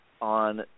on